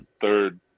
third